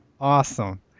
Awesome